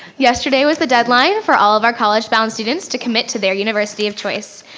yesterday was the deadline for all of our college-bound students to commit to their university of choice.